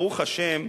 ברוך השם,